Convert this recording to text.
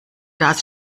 das